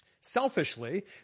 selfishly